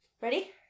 Ready